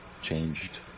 changed